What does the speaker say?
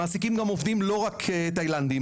מעסיקים גם עובדים לא רק תאילנדים.